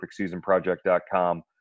perfectseasonproject.com